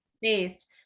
based